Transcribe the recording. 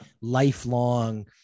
lifelong